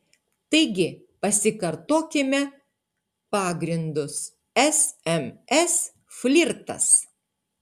taigi pasikartokime pagrindus sms flirtas